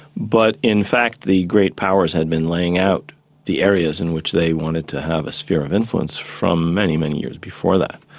but in fact the great powers had been laying out the areas in which they wanted to have a sphere of influence from many, many years before that.